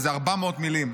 וזה 400 מילים,